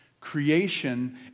Creation